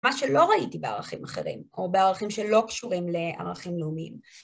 מה שלא ראיתי בערכים אחרים, או בערכים שלא קשורים לערכים לאומיים.